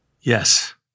Yes